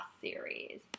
series